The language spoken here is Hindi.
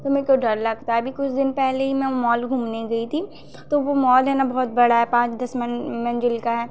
तो मुझको डर लगता अभी कुछ दिन पहले ही मैं मॉल घूमने गई थी तो वह मॉल है न बहुत बड़ा है पाँच दस मन मंज़िल का है